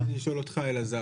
אני רוצה לשאול אותך אלעזר.